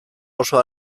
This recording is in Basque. oso